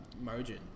margin